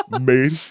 made